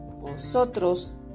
Vosotros